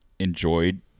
enjoyed